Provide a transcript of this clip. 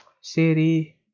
Seri